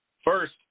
First